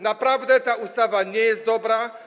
Naprawdę ta ustawa nie jest dobra.